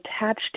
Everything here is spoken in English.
attached